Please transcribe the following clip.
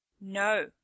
No